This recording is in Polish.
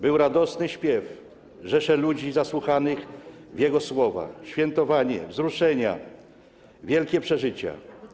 Był radosny śpiew, rzesza ludzi zasłuchanych w jego słowa, świętowanie, wzruszenia, wielkie przeżycia.